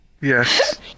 Yes